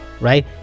right